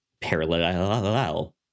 parallel